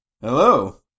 Hello